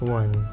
one